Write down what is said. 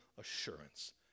assurance